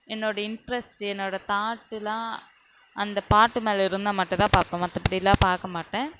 என்னோடய இன்ட்ரஸ்ட் என்னோடய தாட்டெலாம் அந்த பாட்டு மேல் இருந்தால் மட்டும்தான் பார்ப்பேன் மற்றபடியெல்லாம் பார்க்கமாட்டேன்